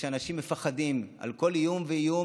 ואנשים מפחדים מכל איום ואיום,